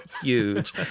huge